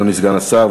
אדוני סגן השר,